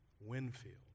Winfield